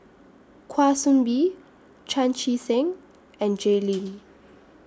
Kwa Soon Bee Chan Chee Seng and Jay Lim